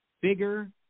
bigger